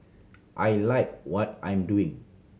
I like what I'm doing